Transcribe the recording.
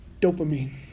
Dopamine